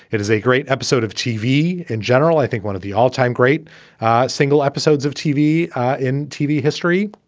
it is a great episode of tv in general, i think one of the all time great single episodes of tv in tv history.